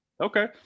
Okay